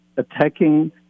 attacking